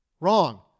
Wrong